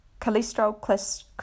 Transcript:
cholesterol